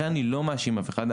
לכן אני לא מאשים אף אחד,